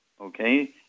Okay